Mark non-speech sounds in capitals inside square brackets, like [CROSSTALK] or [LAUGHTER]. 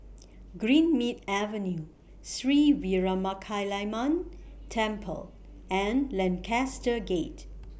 [NOISE] Greenmead Avenue Sri Veeramakaliamman Temple and Lancaster Gate